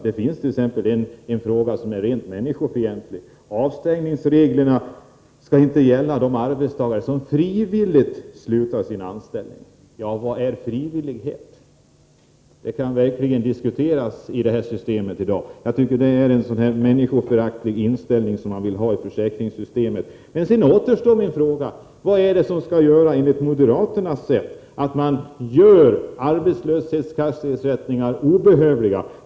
Jag kan nämna en fråga som är rent människofientlig, nämligen förslaget att avstängningsreglerna inte skall gälla de arbetstagare som frivilligt slutar sin anställning. Vad är frivillighet? Det kan verkligen diskuteras. Era krav tyder på en människoföraktande inställning, som ni vill se speglad i försäkringssystemet. Min fråga kvarstår: Vad skall, enligt moderaternas sätt att se, göra arbetslöshetskasseersättningar obehövliga?